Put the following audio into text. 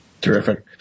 Terrific